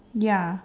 ya